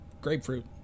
grapefruit